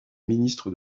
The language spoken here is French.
ministre